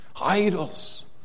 Idols